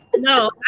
No